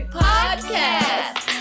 podcast